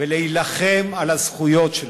ולהילחם על הזכויות שלכם.